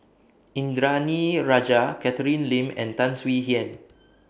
Indranee Rajah Catherine Lim and Tan Swie Hian